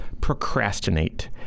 procrastinate